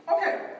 Okay